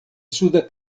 suda